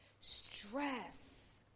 stress